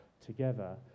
together